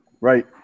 right